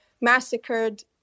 massacred